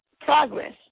progress